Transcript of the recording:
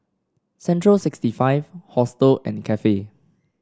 Central sixty five Hostel and Cafe